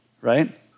right